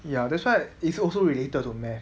ya that's why it's also related to math